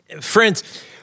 Friends